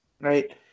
Right